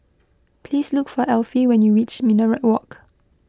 please look for Elfie when you reach Minaret Walk